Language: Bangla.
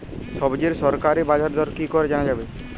সবজির সরকারি বাজার দর কি করে জানা যাবে?